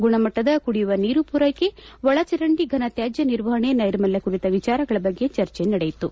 ಗುಣಮಟ್ಟದ ಕುಡಿಯುವ ನೀರು ಪೂರ್ವೆಕೆ ಒಳಚರಂಡಿ ಘನ ತ್ಯಾಜ್ಯ ನಿರ್ವಹಣೆ ನೈರ್ಮಲ್ಯ ಕುರಿತ ವಿಚಾರಗಳ ಬಗ್ಗೆ ಚರ್ಚೆ ನಡೆಯಿತು